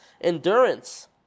endurance